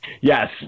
Yes